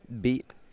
beat